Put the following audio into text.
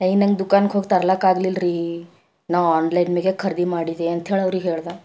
ಏಯ್ ನಂಗೆ ದುಖಾನ್ಗೋಗಿ ತರ್ಲಕ್ಕಾಗ್ಲಿಲ್ರೀ ನಾ ಆನ್ಲೈನ್ ಮೇಗೆ ಖರೀದಿ ಮಾಡಿದೆ ಅಂಥೇಳಿ ಅವರಿಗೆ ಹೇಳಿದ